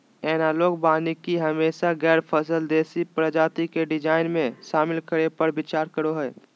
analogue वानिकी हमेशा गैर फसल देशी प्रजाति के डिजाइन में, शामिल करै पर विचार करो हइ